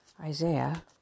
Isaiah